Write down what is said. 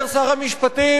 אומר שר המשפטים: